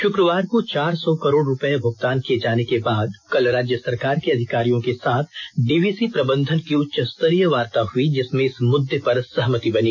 षुक़वार को चार सौ करोड़ रूपये भुगतान किये जाने के बाद कल राज्य सरकार के अधिकारियों के साथ डीवीसी प्रबंधन की उच्चस्तरीय वार्ता हुई जिसमें इस मुद्दे पर सहमति बनी